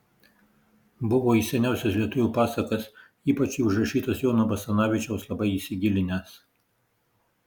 buvo į seniausias lietuvių pasakas ypač į užrašytas jono basanavičiaus labai įsigilinęs